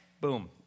boom